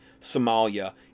Somalia